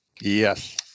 Yes